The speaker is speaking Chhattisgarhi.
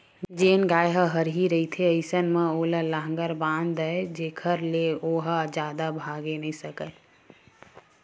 जेन गाय ह हरही रहिथे अइसन म ओला लांहगर बांध दय जेखर ले ओहा जादा भागे नइ सकय